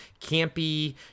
campy